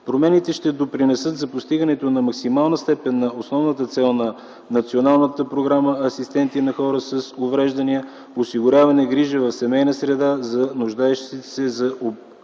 Промените ще допринесат за постигане в максимална степен на основната цел на Националната програма „Асистенти на хора с увреждания” - осигуряване грижа в семейна среда за нуждаещите се от обгрижване